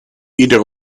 iedere